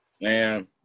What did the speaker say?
Man